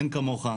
אין כמוך,